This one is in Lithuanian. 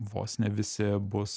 vos ne visi bus